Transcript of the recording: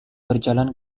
berjalan